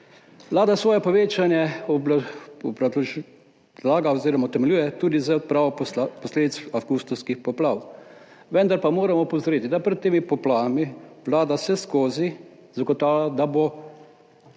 Vlada svoje povečanje razlaga oziroma utemeljuje tudi z odpravo posledic avgustovskih poplav, vendar pa moram opozoriti, da je pred temi poplavami Vlada vseskozi zagotavljala, da bo šla